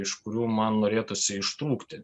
iš kurių man norėtųsi ištrūkti